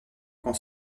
qu’en